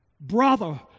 brother